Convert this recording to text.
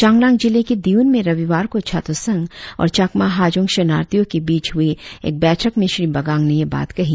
चांगलांग जिले के दियुन में रविवार को छात्र संघ और चाकमा हाजोंग शरणार्थियों के बीच हुए एक बैठक में श्री बागांड ने यह बात कही